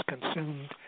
consumed